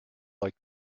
like